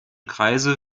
kreise